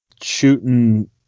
shooting